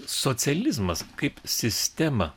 socializmas kaip sistema